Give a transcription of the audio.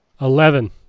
Eleven